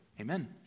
Amen